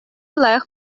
лайӑх